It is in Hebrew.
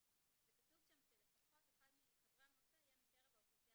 כתוב שם שלפחות אחד מחברי המועצה יהיה מקרב האוכלוסייה